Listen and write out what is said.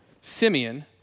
Simeon